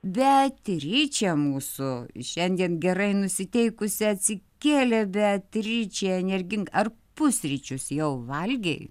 beatričė mūsų šiandien gerai nusiteikusi atsikėlė beatričė energinga ar pusryčius jau valgei